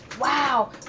wow